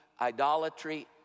idolatry